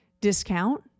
discount